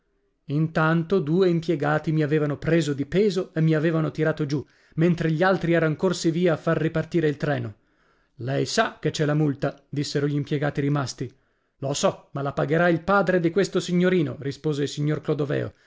intanto due impiegati mi avevano preso di peso e mi avevano tirato giù mentre gli altri eran corsi via a far ripartire il treno lei sa che c'è la multa dissero gl'impiegati rimasti lo so ma la pagherà il padre di questo signorino rispose il signor clodoveo